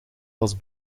was